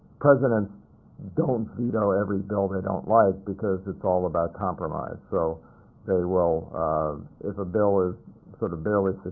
presidents don't veto every bill they don't like, because it's all about compromise. so they will if a bill is sort of barely